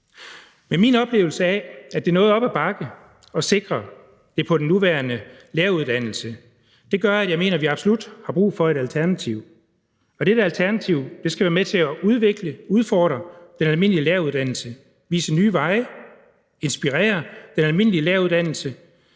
Men min oplevelse af, at det er noget op ad bakke at sikre det på den nuværende læreruddannelse, gør, at jeg mener, at vi absolut har brug for et alternativ, og dette alternativ skal være med til at udvikle og udfordre den almindelige læreruddannelse, vise nye veje og inspirere den almindelige læreruddannelse.